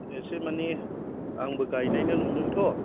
एसे माने आंबो गायनायनो नंदों थ'